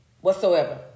whatsoever